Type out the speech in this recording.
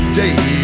day